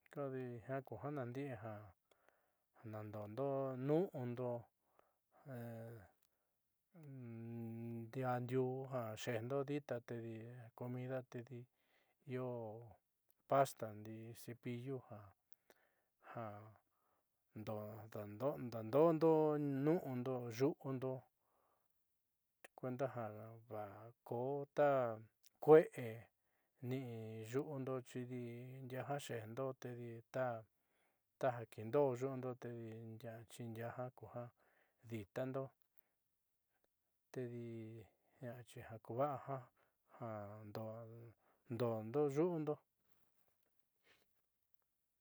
Kodi jiaa ku ja naandi'i ja daando'odo nu'undo ja ndiaa ndiuu ja xe'ejndo dita tedi comida tedi io pasta ndi'i cepillo ja ja daando'ondo nu'undo yu'undo kuenda ja vajkoó ta kue'e ni'i xu'undo chidi jiaá xeejndo tedi ta ta kiindoó yu'undo chidixjiaá jiaa kuja di'itando tedi akuva'a jiaa ja daando'ondo yu'undo.